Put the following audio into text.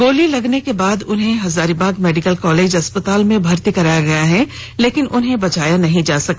गोली लगने के बाद उन्हें हजारीबाग मेडिकल कॉलेज अस्पताल में भर्ती कराया गया लेकिन उन्हें बचाया नहीं जा सका